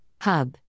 hub